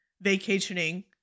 vacationing